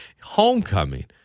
homecoming